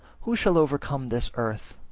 who shall overcome this earth,